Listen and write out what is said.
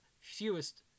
fewest